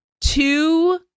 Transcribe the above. two